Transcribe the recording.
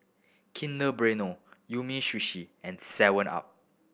Kinder Bueno Umisushi and seven up